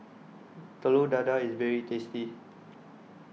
Telur Dadah IS very tasty